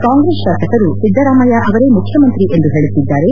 ಕಾಂಗ್ರೆಸ್ ಶಾಸಕರು ಸಿದ್ದರಾಮಯ್ಯ ಅವರೇ ಮುಖ್ಯಮಂತ್ರಿ ಎಂದು ಹೇಳುತ್ತಿದ್ದಾರೆ